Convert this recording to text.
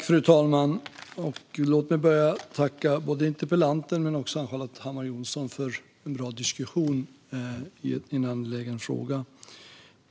Fru talman! Låt mig börja med att tacka både interpellanten och Ann-Charlotte Hammar Johnsson för en bra diskussion i en angelägen fråga.